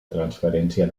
transferència